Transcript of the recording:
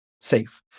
safe